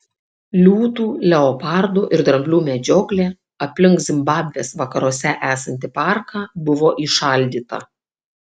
liūtų leopardų ir dramblių medžioklė aplink zimbabvės vakaruose esantį parką buvo įšaldyta